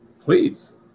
please